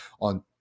on